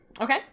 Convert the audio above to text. Okay